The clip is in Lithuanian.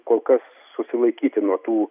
kol kas susilaikyti nuo tų